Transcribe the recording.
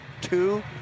two